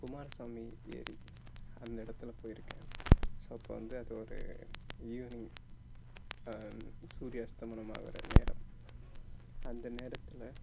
குமாரசாமி ஏறி அந்த இடத்துல போயிருக்கேன் ஸோ அப்போ வந்து அது ஒரு ஈவினிங் சூரிய அஸ்தமனமாகிற நேரம் அந்த நேரத்தில்